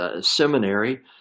Seminary